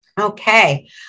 Okay